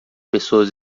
pessoas